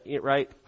right